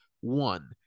one